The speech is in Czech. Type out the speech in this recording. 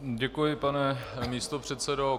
Děkuji, pane místopředsedo.